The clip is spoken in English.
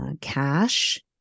cash